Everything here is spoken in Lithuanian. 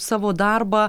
savo darbą